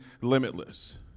limitless